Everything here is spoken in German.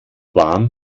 warm